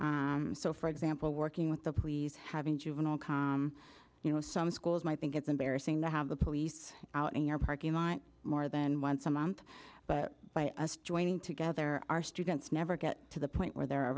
so for example working with the police having juvenile comm you know some schools might think it's embarrassing to have the police out in our parking lot more than once a month but by us joining together our students never get to the point where they're ar